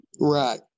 Right